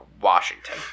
Washington